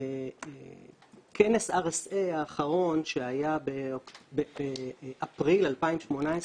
בכנס RSA האחרון שהיה באפריל 2018,